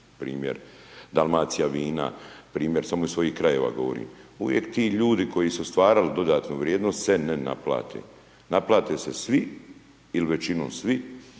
primjer Dalmacija vina, primjer samo iz svojih krajeva govorim, uvijek ti ljudi koji su stvarali dodatnu vrijednost se ne naplate. Naplate se svi ili većinom svi,